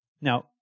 Now